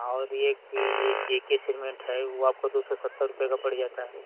और एक यह जे के सीमेंट है वह आपको दो सौ सत्तर रुपये का पड़ जाता है